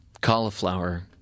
cauliflower